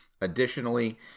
Additionally